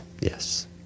yes